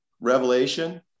revelation